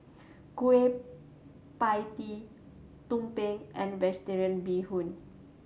Kueh Pie Tee Tumpeng and Vegetarian Bee Hoon